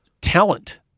talent